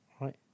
right